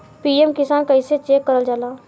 PM Kisan कइसे check करल जाला?